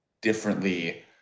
differently